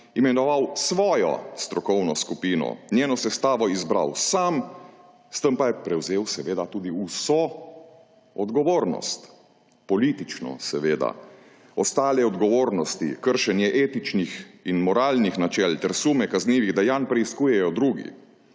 imenoval svojo strokovno skupino, njeno sestavo izbral sam, s tem pa je prevzel tudi vso odgovornost. Politično seveda. Ostale odgovornosti: kršenje etičnih in moralnih načel ter sume kaznivih dejanj preiskujejo drugi.